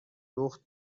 دوخت